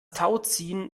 tauziehen